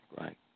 right